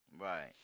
Right